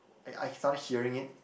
I I started hearing it